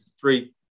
three